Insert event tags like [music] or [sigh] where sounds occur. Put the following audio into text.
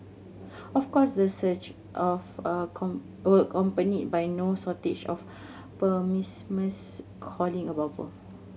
of course the surge of [unintelligible] accompanied by no shortage of pessimist calling a bubble